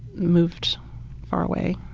moved far away.